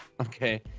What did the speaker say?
okay